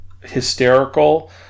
hysterical